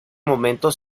momento